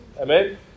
Amen